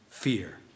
fear